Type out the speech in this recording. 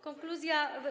Konkluzja.